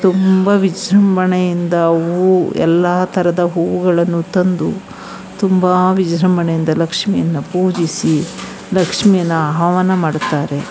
ತುಂಬ ವಿಜೃಂಭಣೆಯಿಂದ ಅವು ಎಲ್ಲ ಥರದ ಹೂವುಗಳನ್ನು ತಂದು ತುಂಬ ವಿಜೃಂಭಣೆಯಿಂದ ಲಕ್ಷ್ಮಿಯನ್ನು ಪೂಜಿಸಿ ಲಕ್ಷ್ಮಿಯನ್ನು ಆಹ್ವಾನ ಮಾಡುತ್ತಾರೆ